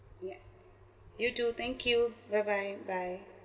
yup you too thank you bye bye bye